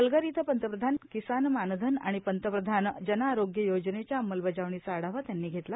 पालघर इथं पंतप्रधान किसान मानधन आणि पंतप्रधान जनआरोग्य योजनेच्या अंमलबजावणीचा आढावा त्यांनी घेतला